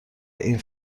این